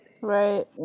Right